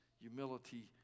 humility